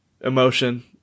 emotion